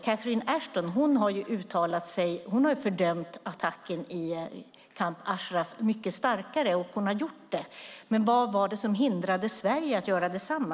Catherine Ashton har fördömt attacken i Camp Ashraf mycket starkare. Vad var det som hindrade Sverige att göra detsamma?